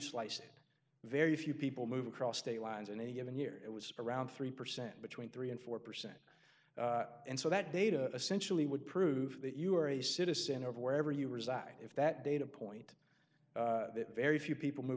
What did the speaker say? slice it very few people move across state lines in any given year it was around three percent between three and four percent and so that data essentially would prove that you are a citizen of wherever you reside if that data point that very few people move